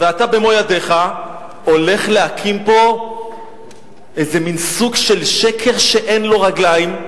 ואתה במו ידיך הולך להקים פה איזה מין סוג של שקר שאין לו רגליים,